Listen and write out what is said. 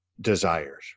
desires